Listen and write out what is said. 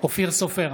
אופיר סופר,